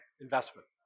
investment